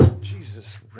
Jesus